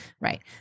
Right